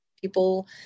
People